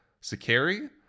Sakari